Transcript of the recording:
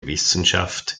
wissenschaft